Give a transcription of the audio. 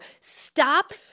stop